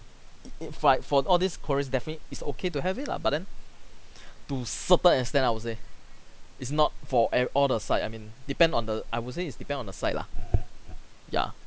fight for all this cause definitely it's okay to have it lah but then to a certain extent I would say it's not for e~ all the side I mean depend on the I would say it's depend on the side lah ya